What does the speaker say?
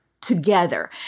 together